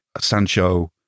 Sancho